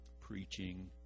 preaching